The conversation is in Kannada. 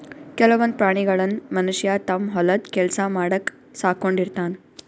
ಕೆಲವೊಂದ್ ಪ್ರಾಣಿಗಳನ್ನ್ ಮನಷ್ಯ ತಮ್ಮ್ ಹೊಲದ್ ಕೆಲ್ಸ ಮಾಡಕ್ಕ್ ಸಾಕೊಂಡಿರ್ತಾನ್